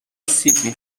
سیب